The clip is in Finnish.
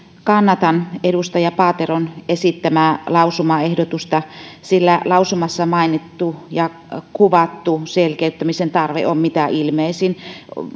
kannatan edustaja paateron esittämää lausumaehdotusta sillä lausumassa mainittu ja kuvattu selkeyttämisen tarve on mitä ilmeisin